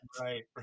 Right